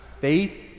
faith